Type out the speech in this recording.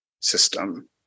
system